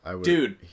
Dude